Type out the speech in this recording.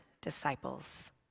disciples